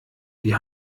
die